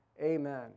Amen